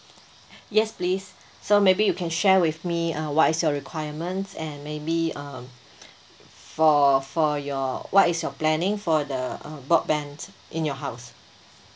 yes please so maybe you can share with me uh what is your requirements and maybe uh for for your what is your planning for the uh broadband in your house